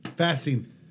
Fasting